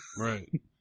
Right